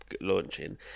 launching